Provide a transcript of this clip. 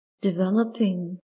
developing